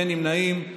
אין נמנעים,